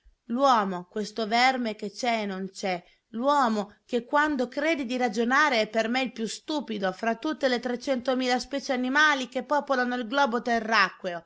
l'uomo questo verme che c'è e non c'è l'uomo che quando crede di ragionare è per me il più stupido fra tutte le trecento mila specie animali che popolano il globo